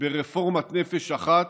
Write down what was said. ברפורמת "נפש אחת"